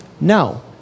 No